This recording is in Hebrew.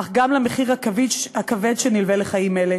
אך גם למחיר הכבד שנלווה לחיים אלה,